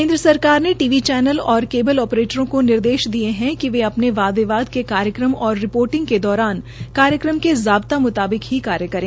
केन्द्र सरकार ने टीवी चैनल और केवल ऑपरेटरों को निर्देश दिये है कि वे अपने वाद विवाद के कार्यक्रम और रिपोर्टिंग के दौरान कार्यक्रम के जाब्ता म्ताबिक ही कार्य करें